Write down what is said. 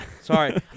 Sorry